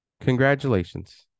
Congratulations